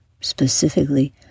specifically